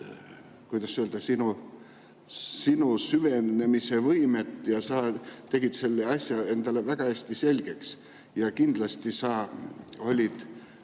kuidas öelda, sinu süvenemise võimet ja sa tegid selle asja endale väga hästi selgeks. Kindlasti sa olid